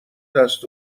دست